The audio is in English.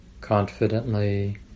confidently